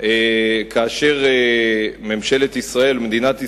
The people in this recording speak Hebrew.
כאשר ממשלת ישראל, מדינת ישראל,